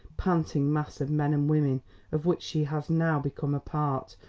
panting mass of men and women of which she has now become a part,